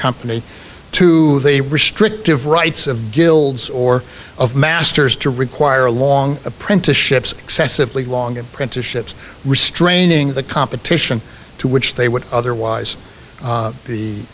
company to the restrictive rights of guilds or of masters to require long apprenticeships excessively long apprenticeships restraining the competition to which they would otherwise